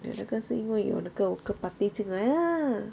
就是因为有那个 worker party 进来 lah